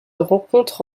rencontre